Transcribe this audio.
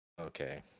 Okay